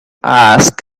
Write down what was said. ask